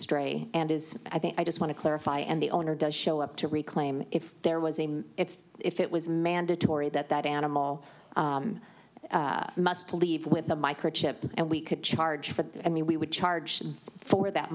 stray and is i think i just want to clarify and the owner does show up to reclaim if there was a mean if if it was mandatory that that animal must leave with a microchip and we could charge for that i mean we would charge for that